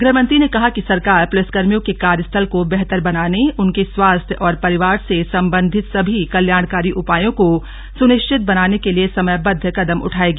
गृहमंत्री ने कहा कि सरकार पुलिसकर्मियों के कार्य स्थल को बेहतर बनाने उनके स्वास्थ्य और परिवार से संबंधित सभी कल्याणकारी उपायों को सुनिश्चित बनाने के लिए समयबद्ध कदम उठायेगी